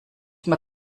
mehr